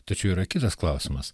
tačiau yra kitas klausimas